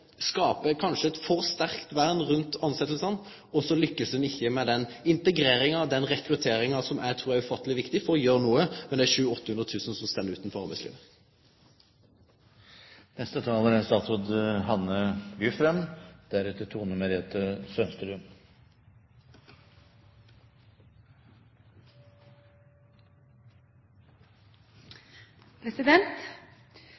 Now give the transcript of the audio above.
kanskje eit for sterkt vern rundt tilsetjingane, og så lukkast ein ikkje med den integreringa og den rekrutteringa som eg trur er ufatteleg viktig for å gjere noko med dei 700 000–800 000 som står utanfor